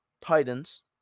Titans